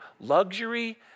Luxury